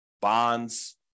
bonds